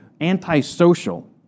antisocial